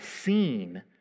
seen